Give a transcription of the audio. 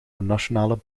nationale